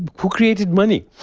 who created money?